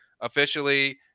officially